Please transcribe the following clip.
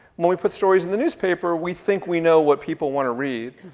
when we put stories in the newspaper, we think we know what people wanna read,